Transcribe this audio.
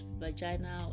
vagina